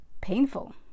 painful